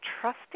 trusting